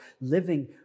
living